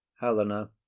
helena